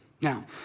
Now